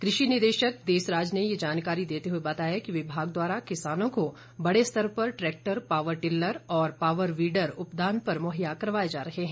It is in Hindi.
कृषि निदेशक देसराज ने ये जानकारी देते हुए बताया कि विभाग द्वारा किसानों को बड़े स्तर पर ट्रैक्टर पावर टिल्लर और पावर वीडर उपदान पर मुहैया करवाए जा रहे हैं